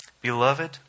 Beloved